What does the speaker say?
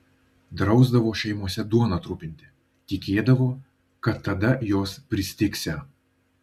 drausdavo šeimose duoną trupinti tikėdavo kad tada jos pristigsią